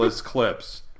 clips